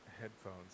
headphones